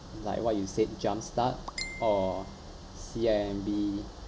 like what you said jumpstart or C_I_M_B